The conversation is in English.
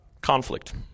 Conflict